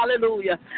Hallelujah